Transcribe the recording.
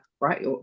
right